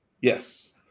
Yes